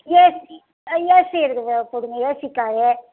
AC AC இருக்குறது கொடுங்க AC car